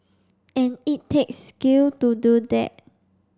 and it takes skill to do that